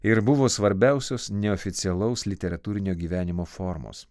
ir buvo svarbiausios neoficialaus literatūrinio gyvenimo formos